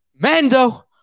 Mando